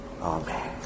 Amen